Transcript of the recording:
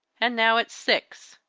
and now it's six,